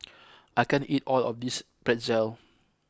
I can't eat all of this Pretzel